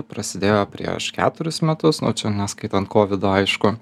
prasidėjo prieš keturis metus nu čia neskaitant kovido aišku